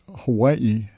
Hawaii